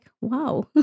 wow